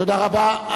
תודה רבה.